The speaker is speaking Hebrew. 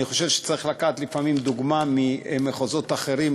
אני חושב שצריך לקחת לפעמים דוגמה ממחוזות אחרים,